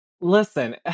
Listen